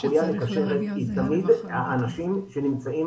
החוליה המקשרת היא תמיד האנשים שנמצאים